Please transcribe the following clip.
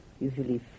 usually